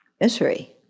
misery